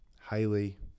highly